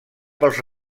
pels